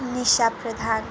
Nisha Pradhan